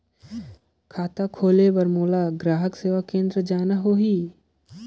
खाता खोले बार मोला ग्राहक सेवा केंद्र जाना होही?